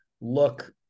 look